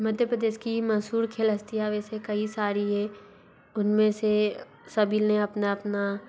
मध्य प्रदेश की मशहूर खेल हस्तियाँ वैसे कई सारी हैं उन में से सभी ने अपना अपना